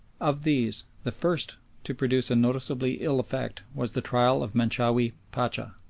of these the first to produce a noticeably ill effect was the trial of menchawi pacha.